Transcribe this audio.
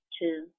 two